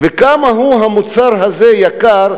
וכמה המוצר הזה יקר,